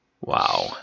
Wow